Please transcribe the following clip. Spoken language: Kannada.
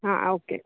ಹಾಂ ಓಕೆ